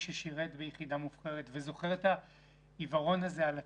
ששירת ביחידה מובחרת וזוכר את העיוורון הזה על עצמו.